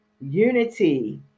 Unity